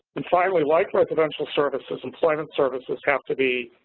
and finally, like residential services, employment services have to be